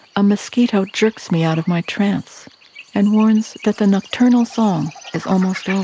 a mosquito jerks me out of my trance and warns that the nocturnal song is almost like